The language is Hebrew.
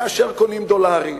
כאשר קונים דולרים